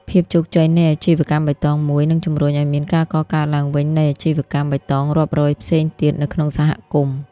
ភាពជោគជ័យនៃអាជីវកម្មបៃតងមួយ នឹងជម្រុញឱ្យមានការកកើតឡើងនៃអាជីវកម្មបៃតងរាប់រយផ្សេងទៀតនៅក្នុងសហគមន៍។